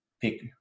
pick